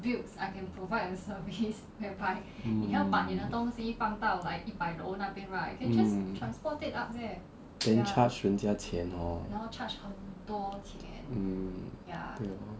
mm mm then charge 人家钱 hor